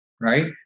right